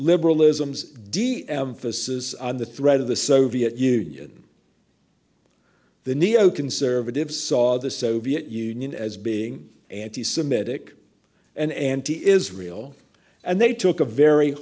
liberalism's de emphasis on the threat of the soviet union the neoconservatives saw the soviet union as being anti semitic and anti israel and they took a very